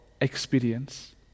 experience